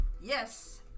Yes